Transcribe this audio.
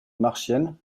marchiennes